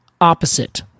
opposite